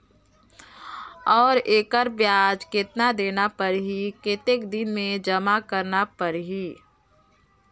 और एकर ब्याज कतना देना परही कतेक दिन मे जमा करना परही??